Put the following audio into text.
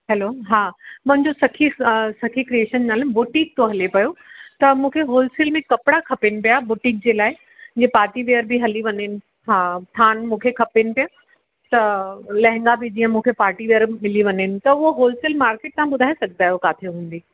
hello हा मुंहिजो Sakhi Sakhi creation नाले बुटिक थो हले पियो त मूंखे होलसेल में कपिड़ा खपनि पिया बुटिक जे लाइ जीअं पार्टी वियर बि हली वञनि हा थान मूंखे खपनि पिया त लहंगा बि जीअं मूंखे पार्टी वियर मिली वञनि त हूअ होलसेल मार्केट तव्हां ॿुधाए सघंदा आहियो किथे हूंदी